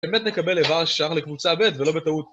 באמת נקבל איבר ששייך לקבוצה ב', ולא בטעות